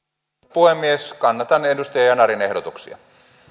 puhemies kannatan edustaja yanarin ehdotuksia